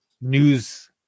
news